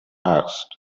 asked